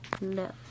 No